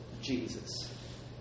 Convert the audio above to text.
Jesus